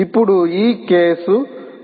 ఇప్పుడు ఈ కేసు www